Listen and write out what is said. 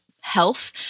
health